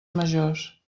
majors